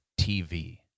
TV